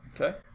Okay